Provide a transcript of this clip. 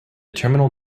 terminal